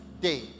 day